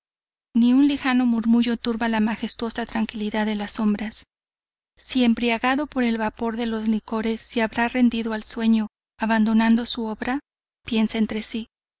ni un lejano murmullo turba la majestuosa tranquilidad de las sombras si embriagado con el vapor de los licores se abra rendido al sueño abandonando su obra piensa entre si